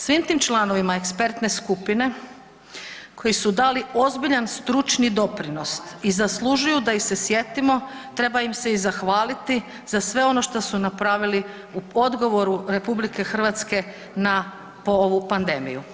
Svim tim članovima ekspertne skupine koji su dali ozbiljan stručni doprinos i zaslužuju da ih se sjetimo, treba im se i zahvaliti za sve ono što su napravili u odgovoru RH na po ovu pandemiju.